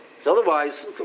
Otherwise